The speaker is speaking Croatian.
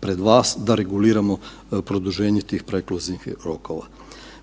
pred vas da reguliramo produženje tih prekluzivnih rokova.